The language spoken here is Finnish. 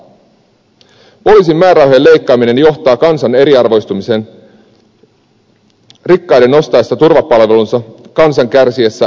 poliisin määrärahojen leikkaaminen johtaa kansan eriarvoistumiseen rikkaiden ostaessa turvapalvelunsa ja kansan kärsiessä ongelmalähiöissä ja maaseudulla